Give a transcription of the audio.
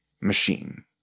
machine